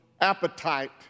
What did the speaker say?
appetite